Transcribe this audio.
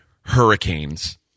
Hurricanes